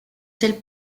celle